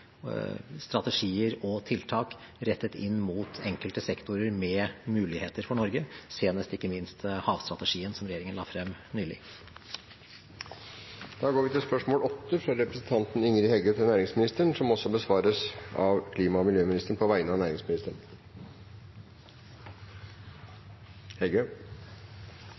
strategier og tiltak rettet inn mot enkelte sektorer med muligheter for Norge, senest ikke minst havstrategien, som regjeringen la frem nylig. Dette spørsmålet, fra representanten Ingrid Heggø til næringsministeren, vil også bli besvart av klima- og miljøministeren på vegne av næringsministeren,